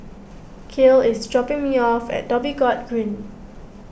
Kael is dropping me off at Dhoby Ghaut Green